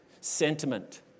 sentiment